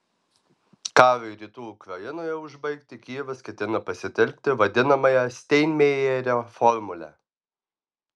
karui rytų ukrainoje užbaigti kijevas ketina pasitelkti vadinamąją steinmeierio formulę